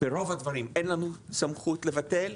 ברוב הדברים אין לנו סמכות לבטל.